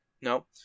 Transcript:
No